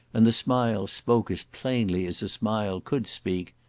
and the smile spoke as plainly as a smile could speak,